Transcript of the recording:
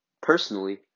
personally